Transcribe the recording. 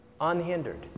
unhindered